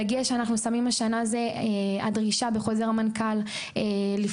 דגש אנחנו שמים השנה הדרישה בחוזר מנכ"ל לפתוח